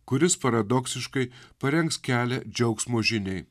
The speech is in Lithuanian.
kuris paradoksiškai parengs kelią džiaugsmo žiniai